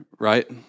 right